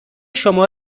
شما